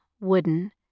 wooden